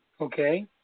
Okay